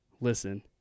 listen